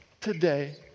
today